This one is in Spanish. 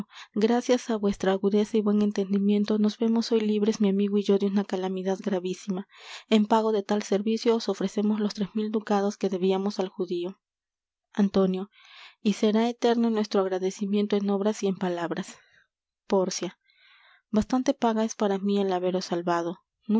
gracias á vuestra agudeza y buen entendimiento nos vemos hoy libres mi amigo y yo de una calamidad gravísima en pago de tal servicio os ofrecemos los tres mil ducados que debíamos al judío antonio y será eterno nuestro agradecimiento en obras y en palabras pórcia bastante paga es para mí el haberos salvado